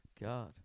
God